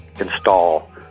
install